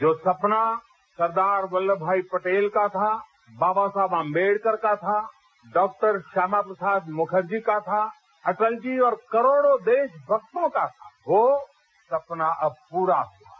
जो सपना सरदार वल्लभभाई पटेल का था बाबा साहेब आम्बेडकर का था डॉक्टर श्यामाप्रसाद मुखर्जी का था अटलजी और करोड़ों देश भक्तों का था वो सपना अब पूरा हुआ है